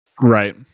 Right